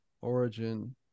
origin